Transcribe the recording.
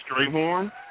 Strayhorn